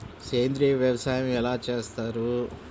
సేంద్రీయ వ్యవసాయం ఎలా చేస్తారు?